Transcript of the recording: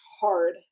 hard